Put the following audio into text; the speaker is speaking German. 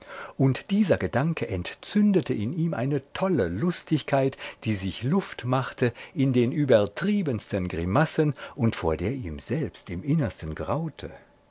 und dieser gedanke entzündete in ihm eine tolle lustigkeit die sich luft machte in den übertriebensten grimassen und vor der ihm selbst im innersten graute